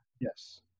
Yes